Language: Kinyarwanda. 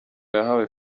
yahaye